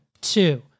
two